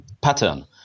pattern